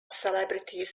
celebrities